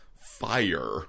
fire